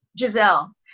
Giselle